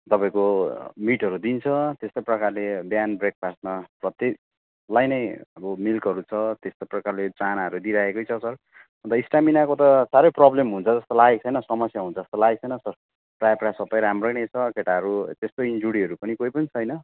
तपाईँको मिटहरू दिन्छ त्यस्तै प्रकारले बिहान ब्रेकफास्टमा प्रत्येकलाई नै अबबो मिल्कहरू छ त्यस्तै प्रकारले चानाहरू दिइरहेकै छ सर अन्त स्ट्यामिनाको त साह्रै प्रोब्लम हुन्छ जस्तो लागेको छैन समस्या हुन्छ जस्तो लागेको छैन सर प्रायः प्रायः सबै राम्रै नै छ केटाहरू त्यस्तो इन्जुरीहरू पनि कोही पनि छैन